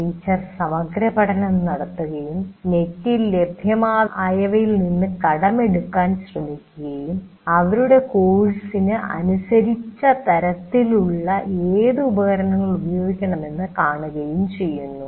teacher സമഗ്രപഠനം നടത്തുകയും നെറ്റിൽ ലഭ്യമായവയിൽ നിന്നും കടമെടുക്കാൻ ശ്രമിക്കുകയും അവരുടെ കോഴ്സിന് അനുസരിച്ചതരത്തിലുള്ള ഏത് ഉപകരണങ്ങൾ ഉപയോഗിക്കണമെന്ന് കാണുകയും ചെയ്യുന്നു